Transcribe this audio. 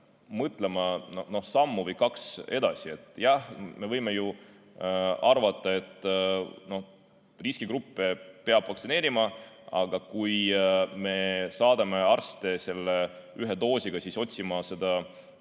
mõtlema sammu või kaks edasi. Jah, me võime ju arvata, et riskigruppe peab vaktsineerima, aga kui me saadame arste ühe doosiga otsima eakat